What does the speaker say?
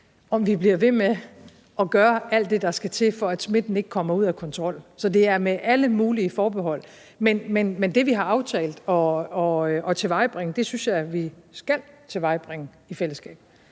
om vi bliver ved med at gøre alt det, der skal til, for at smitten ikke kommer ud af kontrol. Så det er med alle mulige forbehold, men det, vi har aftalt at tilvejebringe, synes jeg vi skal tilvejebringe i fællesskab.